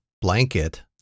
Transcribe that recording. blanket